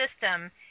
system